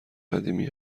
قدیمی